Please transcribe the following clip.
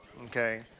Okay